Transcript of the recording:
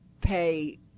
pay